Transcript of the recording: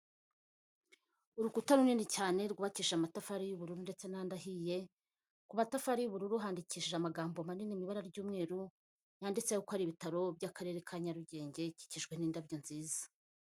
Urukuta runini cyane rwubakishije amatafari y'uburu ndetse n'andi ahiye, ku matafari y'ubururu handikishije amagambo manini mu ibara ry'umweru yanditse ko ari ibitaro by'akarere ka Nyarugenge bikijwe n'indabyo nziza.